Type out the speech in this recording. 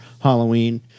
Halloween